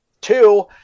Two